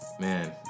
Man